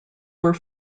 were